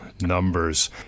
numbers